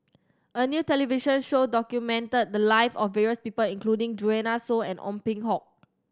a new television show documented the live of various people including Joanne Soo and Ong Peng Hock